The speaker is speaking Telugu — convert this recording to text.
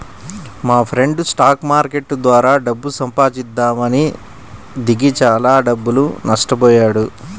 మాఫ్రెండు స్టాక్ మార్కెట్టు ద్వారా డబ్బు సంపాదిద్దామని దిగి చానా డబ్బులు నట్టబొయ్యాడు